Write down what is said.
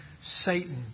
Satan